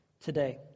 today